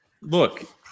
Look